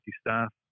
staff